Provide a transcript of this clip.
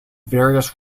various